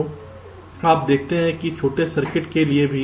तो आप देखते हैं कि छोटे सर्किट के लिए भी